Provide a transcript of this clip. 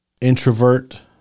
introvert